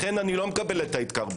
לכן אני לא מקבל את ההתקרבנות.